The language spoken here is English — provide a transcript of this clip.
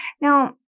Now